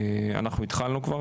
אנחנו התחלנו כבר,